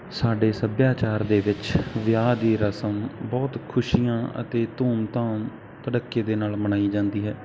ਸਾਡੇ ਸੱਭਿਆਚਾਰ ਦੇ ਵਿੱਚ ਵਿਆਹ ਦੀ ਰਸਮ ਬਹੁਤ ਖੁਸ਼ੀਆਂ ਅਤੇ ਧੂਮ ਧਾਮ ਧੜੱਕੇ ਦੇ ਨਾਲ ਮਨਾਈ ਜਾਂਦੀ ਹੈ